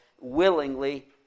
willingly